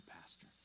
pastor